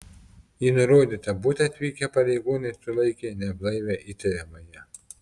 į nurodytą butą atvykę pareigūnai sulaikė neblaivią įtariamąją